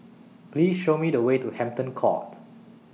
Please Show Me The Way to Hampton Court